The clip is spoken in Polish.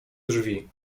drzwi